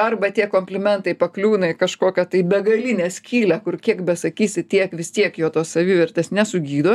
arba tie komplimentai pakliūna į kažkokią tai begalinę skylę kur kiek besakysi tiek vis tiek jo tos savivertės nesugydo